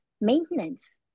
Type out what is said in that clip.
maintenance